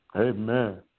Amen